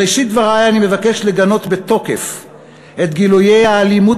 בראשית דברי אני מבקש לגנות בתוקף את גילויי האלימות